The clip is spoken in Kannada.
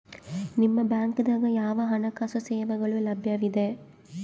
ನಿಮ ಬ್ಯಾಂಕ ದಾಗ ಯಾವ ಹಣಕಾಸು ಸೇವೆಗಳು ಲಭ್ಯವಿದೆ?